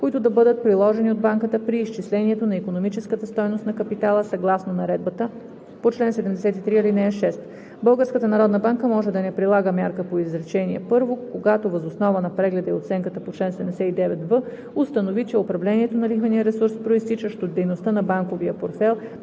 които да бъдат приложени от банката при изчислението на икономическата стойност на капитала, съгласно наредбата по чл. 73, ал. 6. Българската народна банка може да не прилага мярка по изречение първо, когато въз основа на прегледа и оценката по чл. 79в установи, че управлението на лихвения риск, произтичащ от дейността в банковия портфейл,